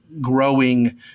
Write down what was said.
growing